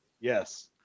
Yes